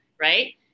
Right